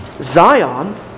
Zion